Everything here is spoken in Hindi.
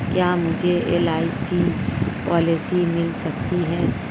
क्या मुझे एल.आई.सी पॉलिसी मिल सकती है?